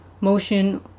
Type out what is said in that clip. motion